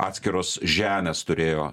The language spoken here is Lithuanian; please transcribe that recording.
atskiros žemės turėjo